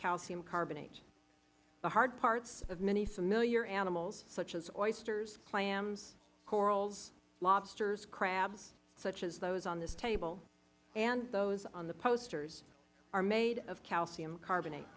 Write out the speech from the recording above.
calcium carbonate the hard parts of many familiar animals such as oysters clams corals lobsters crabs such as those on this table and those on the posters are made of calcium carbonate